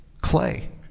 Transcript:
clay